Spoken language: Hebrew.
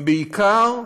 ובעיקר,